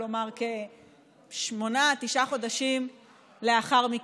כלומר כ-9-8 חודשים לאחר מכן.